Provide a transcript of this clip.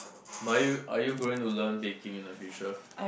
but are you are you going to learn baking in the future